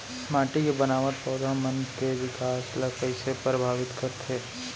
माटी के बनावट पौधा मन के बिकास ला कईसे परभावित करथे